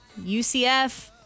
UCF